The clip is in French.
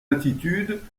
attitude